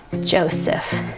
Joseph